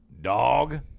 dog